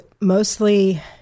mostly